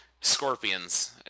scorpions